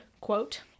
quote